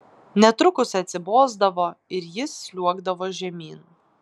netrukus atsibosdavo ir jis sliuogdavo žemyn